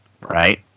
Right